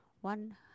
One